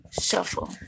shuffle